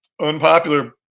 unpopular